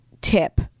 tip